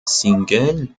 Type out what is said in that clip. single